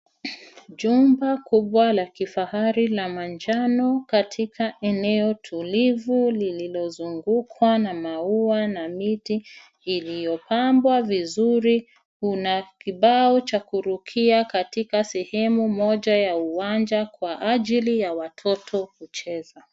Jumba kubwa la kifahari la manjano katika eneo tulivu lililozungukwa na maua na miti iliyopambwa vizuri. Kuna kibao cha kurukia katika sehemu moja ya uwanja kwa ajili ya watoto kucheza.